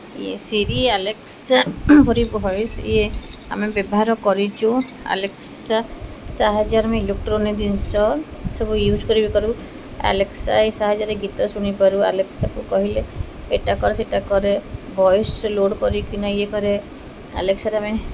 ଇଏ Siri Alexa ପରି voice ଇଏ ଆମେ ବ୍ୟବହାର କରିଛୁ ଆଲେକ୍ସା ସାହାଯ୍ୟରେ ଆମେ ଇଲେକ୍ଟ୍ରୋନିକ୍ ଜିନିଷ ସବୁ ୟୁଜ୍ କରି କରୁ ଆଲେକ୍ସା ସାହାଯ୍ୟରେ ଗୀତ ଶୁଣିପାରୁ ଆଲେକ୍ସାକୁ କହିଲେ ଏଇଟା କର ସେଇଟା କର ଭଏସ୍ ଲୋଡ଼୍ କରିକିନା ଇଏ କରେ ଆଲେକ୍ସାରେ ଆମେ